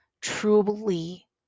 truly